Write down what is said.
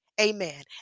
Amen